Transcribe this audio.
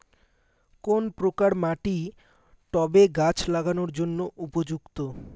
কোন প্রকার মাটি টবে গাছ লাগানোর জন্য উপযুক্ত?